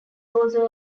also